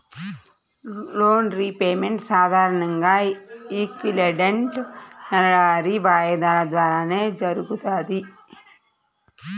loan repayment సాధారణంగా equated నెలవారీ వాయిదాల ద్వారానే జరుగుతది